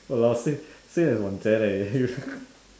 !walao! same same as wan jie leh you